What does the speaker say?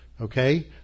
Okay